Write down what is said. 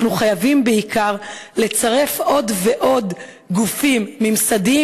אנחנו חייבים לצרף עוד ועוד גופים ממסדיים